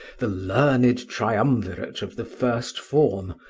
the learned triumvirate of the first form,